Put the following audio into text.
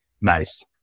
Nice